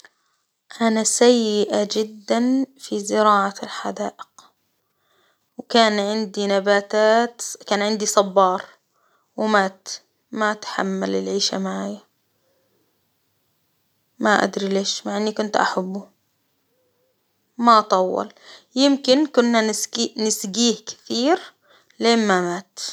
أنا سيئة جدا في زراعة الحدائق، وكان عندي نباتات كان عندي صبار، ومات ما تحمل العيشة معايا، ما أدري ليش؟ مع إني كنت أحبه، ما طول، يمكن كنا نسكي نسجيه كثير لين ما مات.